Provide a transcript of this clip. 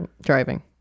Driving